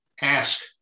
ask